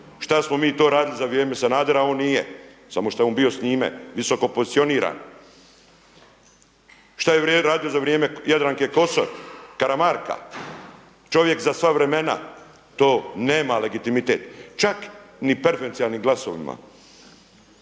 Šta smo mi to radili za vrijeme Sanadera on nije? Samo što je on bio s njime visoko pozicioniran. Što je radio za vrijeme Jadranke Kosor? Karamarka? Čovjek za sva vremena. To nema legitimitet. Čak ni preferencijalnim glasovima.